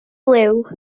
liw